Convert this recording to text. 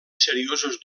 seriosos